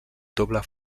doble